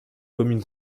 commune